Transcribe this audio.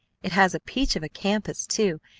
it has a peach of a campus, too,